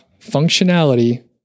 functionality